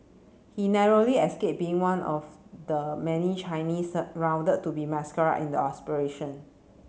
he narrowly escaped being one of the many Chinese rounded to be massacred in the operation